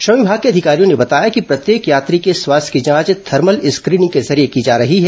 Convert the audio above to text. श्रम विमाग के अधिकारियों ने बताया कि प्रत्येक यात्री के स्वास्थ्य की जांच थर्मल स्क्रीनिंग के जरिये की जा रही है